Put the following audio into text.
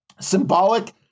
symbolic